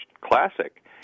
Classic